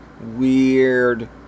weird